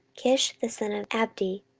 kish the son of abdi,